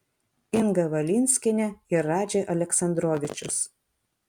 inga valinskienė ir radži aleksandrovičius